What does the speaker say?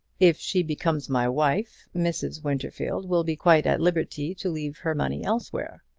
if she becomes my wife, mrs. winterfield will be quite at liberty to leave her money elsewhere.